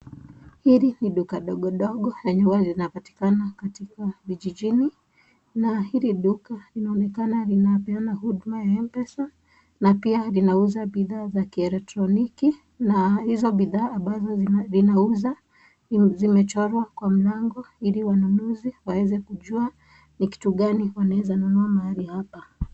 Hili ni duka dogo dogo yenye huwa zinapatikana katika vijijini na hili duka linaonekana linapeana huduma ya m-pesa na pia linauza bidhaa za kielektroniki na hizo bidhaa ambazo zinauza zimechorwa kwa mlango ili wanunuzi waeze kujua ni kitu gani wanaeze kununua mahali hapa.